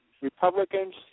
Republicans